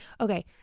Okay